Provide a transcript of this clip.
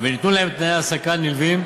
וניתנו להם תנאי העסקה נלווים